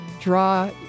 draw